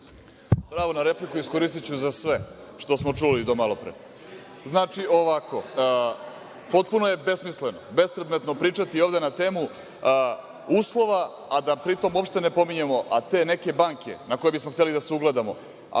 Pravo na repliku iskoristiću za sve što smo čuli do malopre. Znači ovako, potpuno je besmisleno, bespredmetno pričati ovde na temu uslova, a da pritom uopšte ne pominjemo te neke banke na koje bismo hteli da se ugledamo.